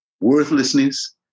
worthlessness